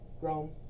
grown